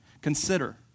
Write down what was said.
Consider